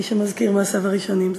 מי שמזכיר מעשיו הראשונים.